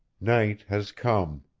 night has come!